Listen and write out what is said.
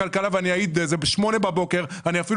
ובשמונה בבוקר הדבר